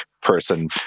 person